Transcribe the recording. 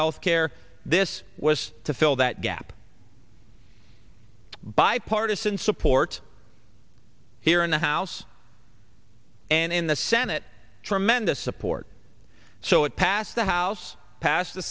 health care this was to fill that gap bipartisan support here in the house and in the senate tremendous support so it passed the house passed the